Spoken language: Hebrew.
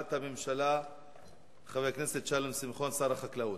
הודעת הממשלה חבר הכנסת שלום שמחון, שר החקלאות.